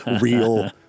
real